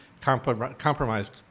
compromised